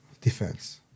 defense